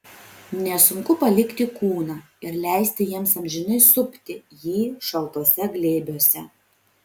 nesunku palikti kūną ir leisti jiems amžinai supti jį šaltuose glėbiuose